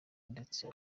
ndetse